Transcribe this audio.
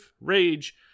rage